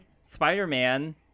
Spider-Man